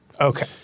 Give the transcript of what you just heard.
Okay